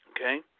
okay